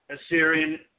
Assyrian